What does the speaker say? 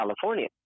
California